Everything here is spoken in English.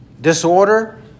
disorder